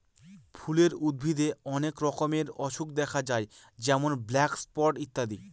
ফুলের উদ্ভিদে অনেক রকমের অসুখ দেখা যায় যেমন ব্ল্যাক স্পট ইত্যাদি